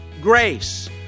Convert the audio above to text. grace